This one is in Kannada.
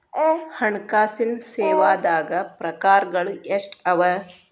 ಹಣ್ಕಾಸಿನ್ ಸೇವಾದಾಗ್ ಪ್ರಕಾರ್ಗಳು ಎಷ್ಟ್ ಅವ?